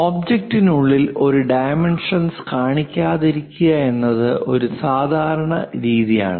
ഒബ്ജക്റ്റിനുള്ളിൽ ഒരു ഡൈമെൻഷൻസ് കാണിക്കാതിരിക്കുക എന്നത് ഒരു സാധാരണ രീതിയാണ്